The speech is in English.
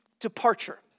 departure